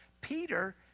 Peter